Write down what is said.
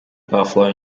buffalo